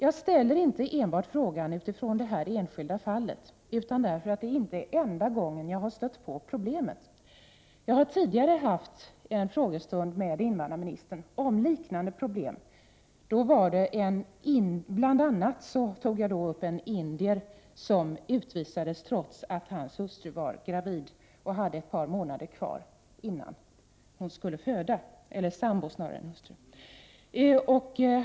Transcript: Jag ställer inte frågan enbart utifrån detta enskilda fall utan därför att det inte är enda gången jag har stött på samma problem. Jag har tidigare varit uppeien frågestund med invandrarministern om liknande problem. Bl.a. tog jag då upp ett fall med en indier, som utvisades trots att hans sambo var gravid och hade ett par månader kvar innan hon skulle föda.